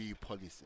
policy